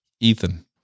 Ethan